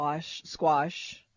squash